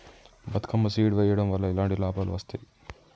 Bathukamma seed వెయ్యడం వల్ల ఎలాంటి లాభాలు వస్తాయి?